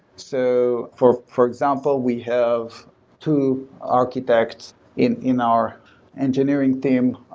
so for for example, we have two architects in in our engineering team.